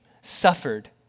suffered